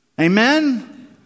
Amen